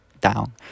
down